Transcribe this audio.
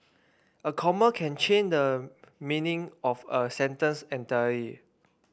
a comma can change the meaning of a sentence entirely